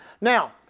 Now